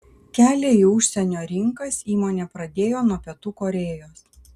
kelią į užsienio rinkas įmonė pradėjo nuo pietų korėjos